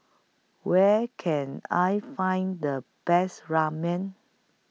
Where Can I Find The Best Ramen